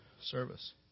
service